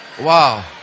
Wow